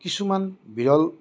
কিছুমান বিৰল